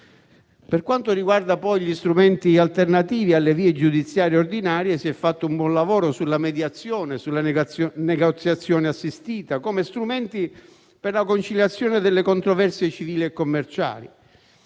Per quanto riguarda poi gli strumenti alternativi alle vie giudiziarie ordinarie, si è fatto un buon lavoro sulla mediazione e sulla negoziazione assistita come strumenti per la conciliazione delle controversie civili e commerciali.